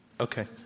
Okay